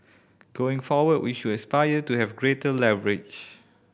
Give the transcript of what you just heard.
going forward we should aspire to have greater leverage